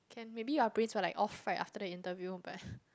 can maybe your brains were like all fried after the interview but